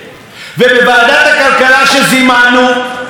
והצבעתי על הרווחים המטורפים.